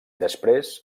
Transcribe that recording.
després